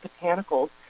botanicals